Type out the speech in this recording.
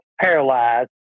paralyzed